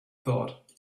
thought